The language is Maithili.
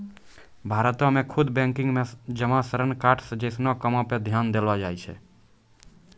भारतो मे खुदरा बैंकिंग मे जमा ऋण कार्ड्स जैसनो कामो पे ध्यान देलो जाय छै